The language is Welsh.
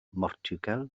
mhortiwgal